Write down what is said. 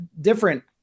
different